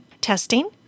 testing